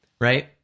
right